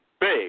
big